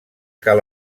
cal